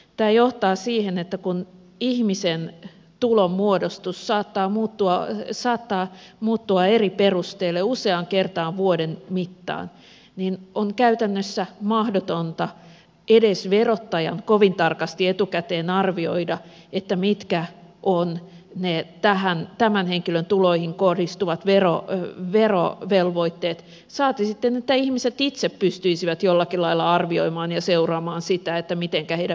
tämä johtaa siihen että kun ihmisen tulonmuodostus saattaa muuttua eri perusteelle useaan kertaan vuoden mittaan on käytännössä mahdotonta edes verottajan kovin tarkasti etukäteen arvioida mitkä ovat ne tämän henkilön tuloihin kohdistuvat verovelvoitteet saati sitten että ihmiset itse pystyisivät jollakin lailla arvioimaan ja seuraamaan sitä mitenkä heidän verotuksensa muuttuu